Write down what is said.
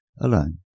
alone